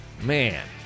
Man